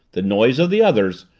the noise of the others,